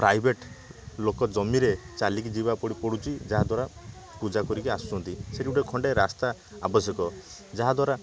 private ଲୋକ ଜମିରେ ଚାଲିକି ଯିବା ପଡ଼ୁଛି ଯାହାଦ୍ଵାରା ପୂଜା କରିକି ଆସୁଛନ୍ତି ସେଇଠି ଗୋଟେ ଖଣ୍ଡେ ରାସ୍ତାର ଆବଶ୍ୟକ ଯାହାଦ୍ଵାରା